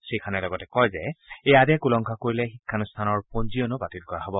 শ্ৰীখানে লগতে কয় যে এই আদেশ উলংঘা কৰিলে শিক্ষানুষ্ঠানৰ পঞ্জীয়নো বাতিল কৰা হব